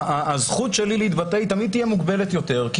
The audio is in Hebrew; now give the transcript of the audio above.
הזכות שלי להתבטא תמיד תהיה מוגבלת יותר כי